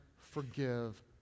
forgive